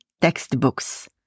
textbooks